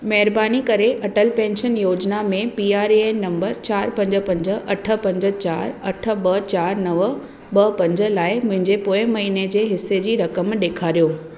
महिरबानी करे अटल पेंशन योजना में P R A N number चारि पंज पंज अठ पंज चारि अठ ॿ चारि नव ॿ पंज लाइ मुंहिंजे पोएं महीने जे हिसे जी रक़म ॾेखारियो